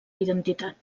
identitat